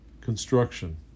Construction